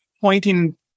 pointing